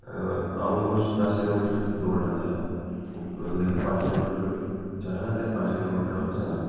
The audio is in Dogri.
अ'ऊं रोज दस किलोमीटर दौड़ लांदा हा मतलब कि पंज किलोमीटर जाना ते पंज किलोमीटर बापस आना